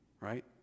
right